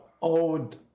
old